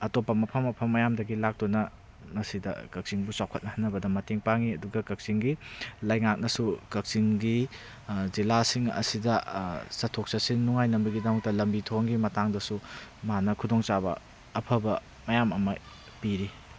ꯑꯇꯣꯞꯄ ꯃꯐꯝ ꯃꯐꯝ ꯃꯌꯥꯝꯗꯒꯤ ꯂꯥꯛꯇꯨꯅ ꯃꯁꯤꯗ ꯀꯛꯆꯤꯡꯕꯨ ꯆꯥꯎꯈꯠꯍꯟꯅꯕꯗ ꯃꯇꯦꯡ ꯄꯥꯡꯉꯤ ꯑꯗꯨꯒ ꯀꯛꯆꯤꯡꯒꯤ ꯂꯩꯉꯥꯛꯅꯁꯨ ꯀꯛꯆꯤꯡꯒꯤ ꯖꯤꯂꯥꯁꯤꯡ ꯑꯁꯤꯗ ꯆꯠꯊꯣꯛ ꯆꯠꯁꯤꯟ ꯅꯨꯡꯉꯥꯏꯅꯕꯒꯤꯗꯃꯛꯇ ꯂꯝꯕꯤ ꯊꯣꯡꯒꯤ ꯃꯇꯥꯡꯗꯁꯨ ꯃꯥꯅ ꯈꯨꯗꯣꯡꯆꯥꯕ ꯑꯐꯕ ꯃꯌꯥꯝ ꯑꯃ ꯄꯤꯔꯤ